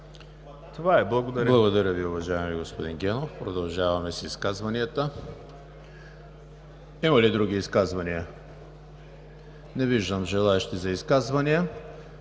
ЕМИЛ ХРИСТОВ: Благодаря Ви, уважаеми господин Генов. Продължаваме с изказванията. Има ли други изказвания? Не виждам желаещи за изказвания.